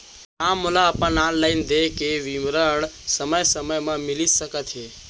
का मोला अपन ऑनलाइन देय के विवरण समय समय म मिलिस सकत हे?